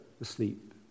asleep